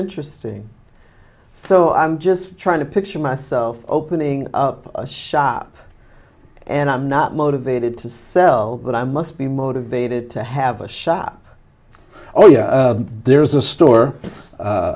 interesting so i'm just trying to picture myself opening up a shop and i'm not motivated to sell but i must be motivated to have a shop oh yeah there's a